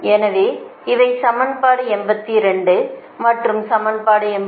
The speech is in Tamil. எனவே இவை சமன்பாடு 82 மற்றும் சமன்பாடு 83